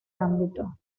ámbito